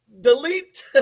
Delete